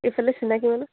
ইফালে চিনাকি মানুহ